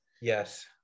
Yes